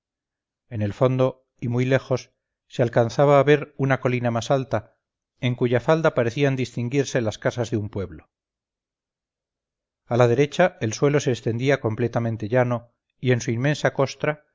en el fondo y muy lejos se alcanzaba a ver una colina más alta en cuya falda parecían distinguirse las casas de un pueblo a la derecha el suelo se extendía completamente llano y en su inmensa costra